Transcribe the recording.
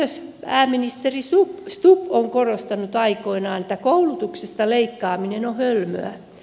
myös pääministeri stubb on korostanut aikoinaan että koulutuksesta leikkaaminen on hölmöä